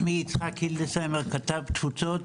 כתב תפוצות